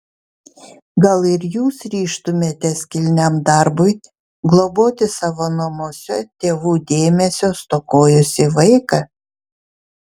gal ir jūs ryžtumėtės kilniam darbui globoti savo namuose tėvų dėmesio stokojusį vaiką